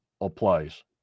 applies